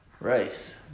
Rice